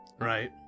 Right